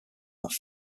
that